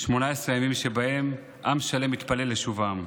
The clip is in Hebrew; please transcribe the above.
18 הימים שבהם עם שלם התפלל לשובם.